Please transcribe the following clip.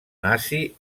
nazi